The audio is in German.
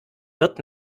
wird